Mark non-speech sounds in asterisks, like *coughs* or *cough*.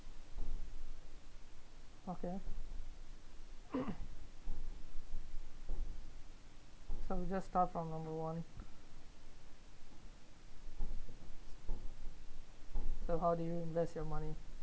okay *coughs* so we just start from number one so how do you invest your money